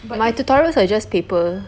my tutorials are just paper